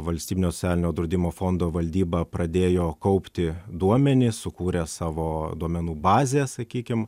valstybinio socialinio draudimo fondo valdyba pradėjo kaupti duomenis sukūrė savo duomenų bazę sakykim